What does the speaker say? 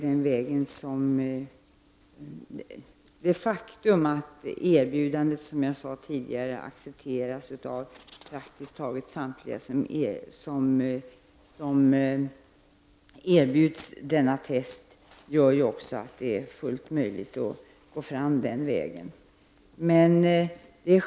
Det faktum att erbjudandet, som jag sade tidigare, accepteras av praktiskt taget samtliga gör att det är fullt möjligt att gå fram den vägen.